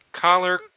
Collar